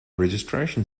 registration